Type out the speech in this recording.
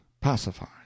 pacified